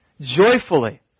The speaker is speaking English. Joyfully